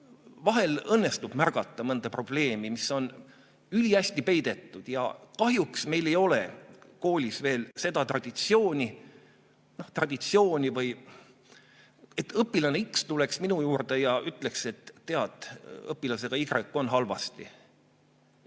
Vahel õnnestub märgata mõnda probleemi, mis on ülihästi peidetud. Kahjuks meil ei ole koolis veel seda traditsiooni, et õpilane X tuleks minu juurde ja ütleks, et tead, õpilasega Y on halvasti.